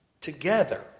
Together